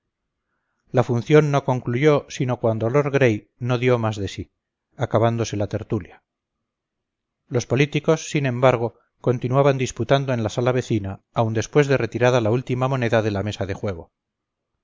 la función no concluyó sino cuando lord gray no dio más de sí acabándose la tertulia los políticos sin embargo continuaban disputando en la sala vecina aun después de retirada la última moneda de la mesa de juego